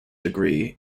degree